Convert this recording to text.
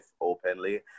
openly